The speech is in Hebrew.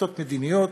החלטות מדיניות,